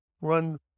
run